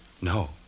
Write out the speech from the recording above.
No